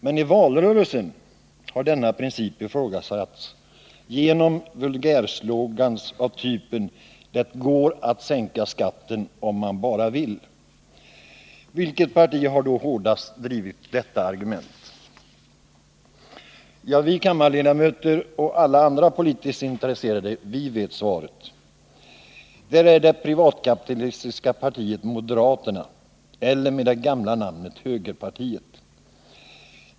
Men i valrörelser har denna princip ifrågasatts genom vulgärslogan av typen ”det går att sänka skatten om man bara vill”. Vilket parti har då hårdast drivit detta argument? Vi kammarledamöter och alla andra politiskt intresserade vet svaret. Det är det privatkapitalistiska partiet moderaterna eller — med det gamla namnet — högerpartiet.